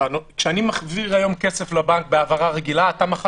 כשאני מחזיר היום כסף לבנק בהעברה רגילה אתה מחר